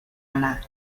ana